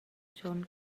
gion